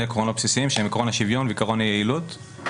עקרונות בסיסיים שהם עקרון השוויון ועקרון היעילות,